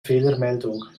fehlermeldung